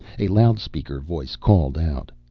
a loudspeaker voice called out,